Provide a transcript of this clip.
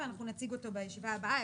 ואנחנו נציג אותו בישיבה הבאה.